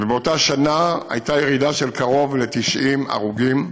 ובאותה שנה הייתה ירידה של קרוב ל-90 הרוגים,